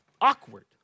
awkward